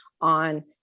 on